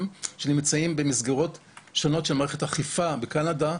שנמצאים במסגרות שונות של מערכת אכיפה בקנדה,